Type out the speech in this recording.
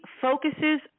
focuses